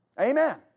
Amen